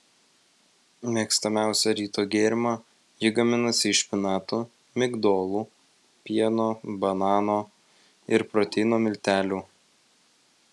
mėgstamiausią ryto gėrimą ji gaminasi iš špinatų migdolų pieno banano ir proteino miltelių